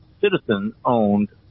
citizen-owned